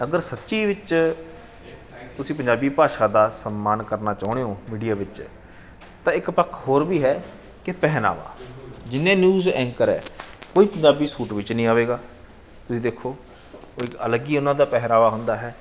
ਅਗਰ ਸੱਚੀ ਵਿੱਚ ਤੁਸੀਂ ਪੰਜਾਬੀ ਭਾਸ਼ਾ ਦਾ ਸਨਮਾਨ ਕਰਨਾ ਚਾਹੁੰਦੇ ਹੋ ਮੀਡੀਆ ਵਿੱਚ ਤਾਂ ਇੱਕ ਪੱਖ ਹੋਰ ਵੀ ਹੈ ਕਿ ਪਹਿਰਾਵਾ ਜਿੰਨੇ ਨਿਊਜ਼ ਐਂਕਰ ਹੈ ਕੋਈ ਪੰਜਾਬੀ ਸੂਟ ਵਿੱਚ ਨਹੀਂ ਆਵੇਗਾ ਤੁਸੀਂ ਦੇਖੋ ਕੋਈ ਅਲੱਗ ਹੀ ਉਹਨਾਂ ਦਾ ਪਹਿਰਾਵਾ ਹੁੰਦਾ ਹੈ